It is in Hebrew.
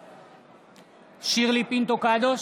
בעד שירלי פינטו קדוש,